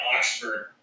Oxford